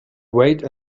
wait